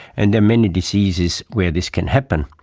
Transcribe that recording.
and there are many diseases where this can happen.